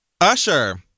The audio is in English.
Usher